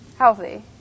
Healthy